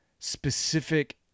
specific